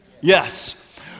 Yes